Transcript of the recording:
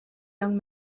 young